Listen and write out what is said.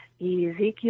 ezekiel